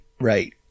right